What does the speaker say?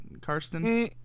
Karsten